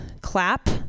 clap